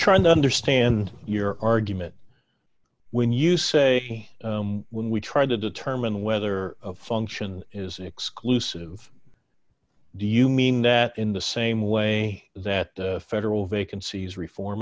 trying to understand your argument when you say when we try to determine whether a function is an exclusive do you mean that in the same way that federal vacancies reform